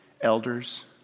Elders